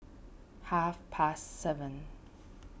half past seven